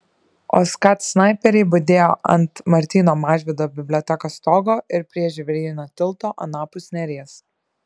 o skat snaiperiai budėjo ant martyno mažvydo bibliotekos stogo ir prie žvėryno tilto anapus neries